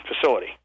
facility